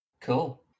Cool